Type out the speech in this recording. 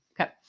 Okay